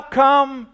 come